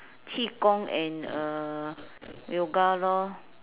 qi gong and uh yoga lor